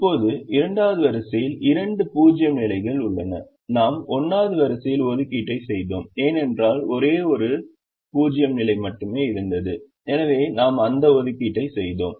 இப்போது 2 வது வரிசையில் இரண்டு 0 நிலைகள் உள்ளன நாம் 1 வது வரிசையில் ஒதுக்கீட்டை செய்தோம் ஏனென்றால் ஒரே ஒரு 0 நிலை மட்டுமே இருந்தது எனவே நாம் அந்த ஒதுக்கீட்டை செய்தோம்